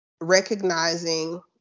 recognizing